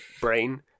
brain